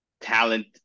talent